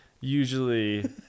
Usually